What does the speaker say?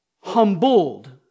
Humbled